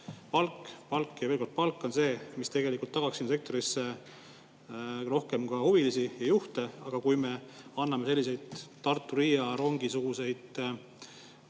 palk ja veel kord palk on see, mis tegelikult tagaks sektorisse rohkem huvilisi ja juhte. Aga kui me anname Tartu-Riia rongi suguseid